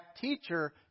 teacher